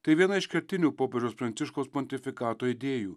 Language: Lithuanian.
tai viena iš kertinių popiežiaus pranciškaus pontifikato idėjų